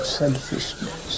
selfishness